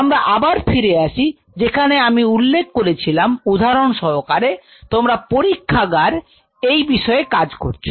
আমরা আবার ফিরে আসছি যেখানে আমি উল্লেখ করেছিলাম উদাহরণ সহকারে তোমার পরীক্ষাগার এই বিষয়ে কাজ করছে